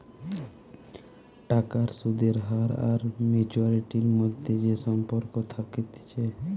টাকার সুদের হার আর ম্যাচুয়ারিটির মধ্যে যে সম্পর্ক থাকতিছে